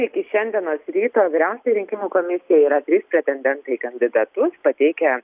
iki šiandienos ryto vyriausiajai rinkimų komisijai yra trys pretendentai į kandidatus pateikę